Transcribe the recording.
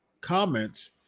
comments